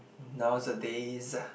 nowadays